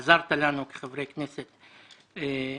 עזרת לנו חברי הכנסת רבות.